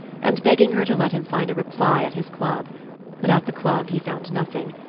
and begging her to let him find a reply at his club but at the club he found nothing,